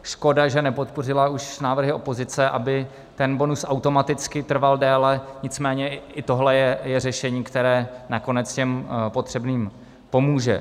Škoda, že nepodpořila už návrhy opozice, aby ten bonus automaticky trval déle, nicméně i tohle je řešení, které nakonec těm potřebným pomůže.